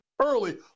early